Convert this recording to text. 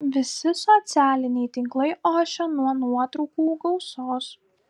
visi socialiniai tinklai ošia nuo nuotraukų gausos